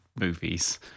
movies